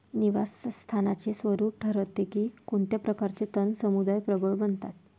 निवास स्थानाचे स्वरूप ठरवते की कोणत्या प्रकारचे तण समुदाय प्रबळ बनतात